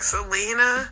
Selena